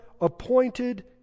appointed